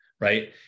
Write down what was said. right